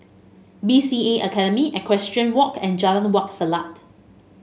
B C A Academy Equestrian Walk and Jalan Wak Selat